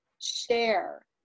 share